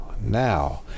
now